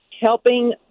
helping